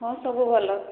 ହଁ ସବୁ ଭଲ